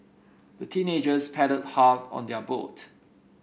the teenagers paddled hard on their boat